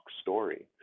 story